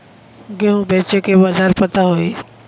गेहूँ बेचे के बाजार पता होई?